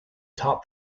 top